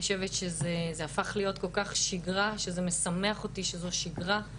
אני חושבת שזה הפך להיות כל כך שגרה וזה כל כך משמח אותי שזאת שגרה.